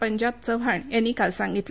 पंजाब चव्हाण यांनी काल सांगितलं